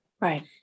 right